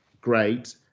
great